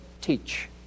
teach